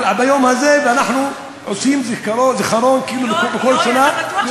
עד היום הזה אנחנו עושים זיכרון בכל שנה,